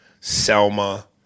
Selma